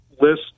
list